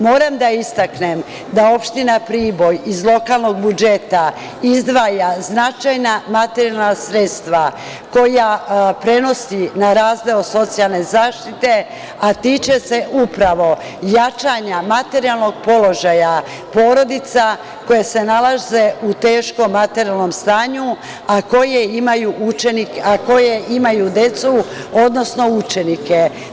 Moram da istaknem da opština Priboj iz lokalnog budžeta izdvaja značajna materijalna sredstva koja prenosi na razdeo socijalne zaštite, a tiče se jačanja materijalnog položaja porodica koje se nalaze u teškom materijalnom stanju, a koje imaju decu, odnosno učenike.